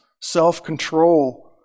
self-control